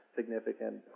significant